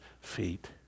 feet